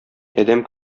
адәм